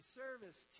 service